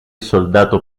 soldato